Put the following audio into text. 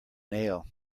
nail